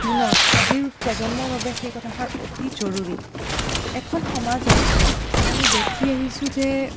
দিনত আজিৰ প্ৰজন্মৰ বাবে সেই কথাষাৰ অতি জৰুৰী এখন সমাজত আমি দেখি আহিছো যে